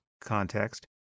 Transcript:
context